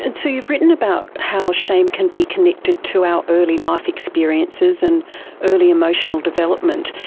and so you've written about how shame can be connected to our early life experiences and early emotional development.